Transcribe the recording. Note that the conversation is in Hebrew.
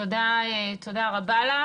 תודה רבה לך.